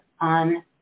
on